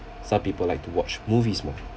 some people like to watch movies more